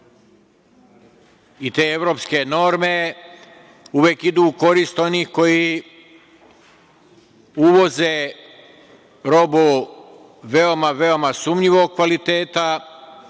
i te evropske norme uvek idu u korist onih koji uvoze robu veoma, veoma sumnjivog kvaliteta,